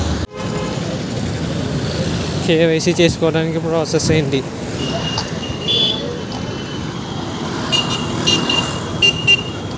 KYC చేసుకోవటానికి process ఏంటి?